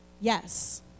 Yes